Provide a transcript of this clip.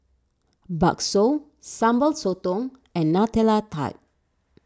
Bakso Sambal Sotong and Nutella Tart